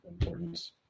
importance